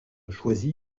choisi